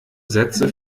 sätze